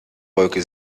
wolke